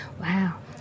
Wow